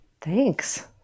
Thanks